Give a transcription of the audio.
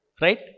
Right